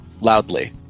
loudly